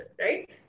right